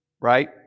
right